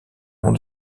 long